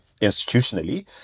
institutionally